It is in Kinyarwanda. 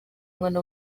umwana